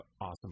awesome